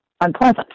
unpleasant